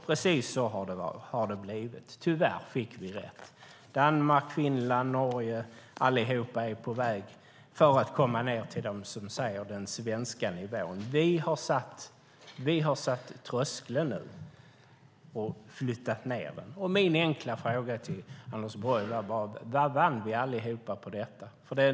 Precis så har det blivit - tyvärr fick vi rätt. Danmark, Finland och Norge är allihop på väg ned till den, som man säger, svenska nivån. Vi har satt tröskeln och flyttat ned nivån. Min enkla fråga till Anders Borg är: Vad vann vi allihop på detta?